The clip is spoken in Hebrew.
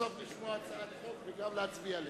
סוף-סוף לשמוע הצעת חוק וגם להצביע עליה.